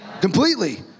completely